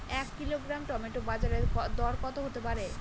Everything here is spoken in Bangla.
এক কিলোগ্রাম টমেটো বাজের দরকত হতে পারে?